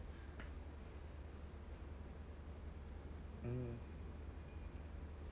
mm